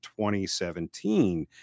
2017